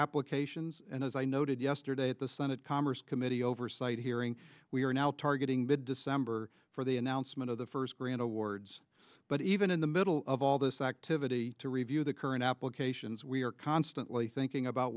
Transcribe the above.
applications and as i noted yesterday at the senate commerce committee oversight hearing we are now targeting mid december for the announcement of the first grant awards but even in the middle of all this activity to review the current applications we are constantly thinking about